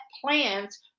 plans